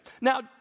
Now